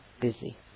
busy